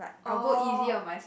oh